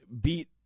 beat